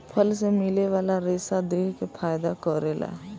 फल मे मिले वाला रेसा देह के फायदा करेला